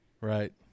Right